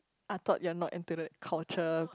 I thought you're not into the culture